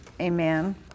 Amen